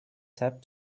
sap